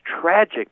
tragic